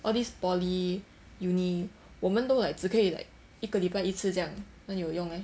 all these poly uni 我们都 like 只可以 like 一个礼拜一次这样哪里有用 leh